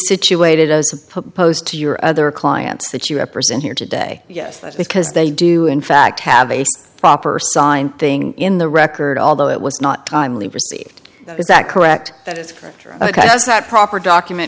situated as opposed to your other clients that you represent here today yes that's because they do in fact have a proper signed thing in the record although it was not timely received is that correct that it's ok is that proper document